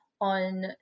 on